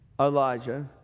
Elijah